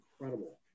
incredible